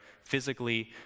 physically